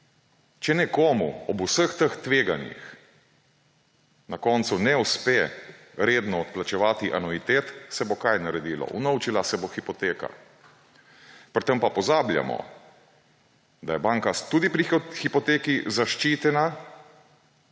Če nekomu, ob vseh teh tveganjih, na koncu ne uspe redno odplačevati anuitet – se bo kaj naredilo? Vnovčila se bo hipoteka. Pri tem pa pozabljamo, da je banka tudi pri hipoteki zaščitena